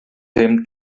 him